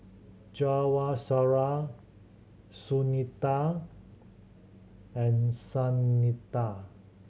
Jawaharlal Sunita and Santha